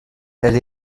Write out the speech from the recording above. elle